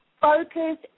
focus